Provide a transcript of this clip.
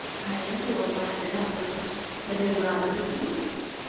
i think you will find a government that is rather peculiar.